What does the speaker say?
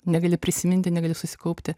negali prisiminti negali susikaupti